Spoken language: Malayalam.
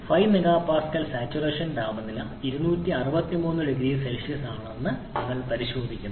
അതിനാൽ 5 MPa സാച്ചുറേഷൻ താപനില 263 0C ആണെന്ന് നിങ്ങൾ പരിശോധിക്കുന്നു